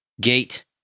gate